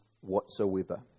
whatsoever